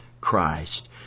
Christ